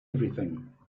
everything